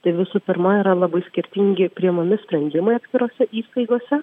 tai visų pirma yra labai skirtingi priimami sprendimai atskirose įstaigose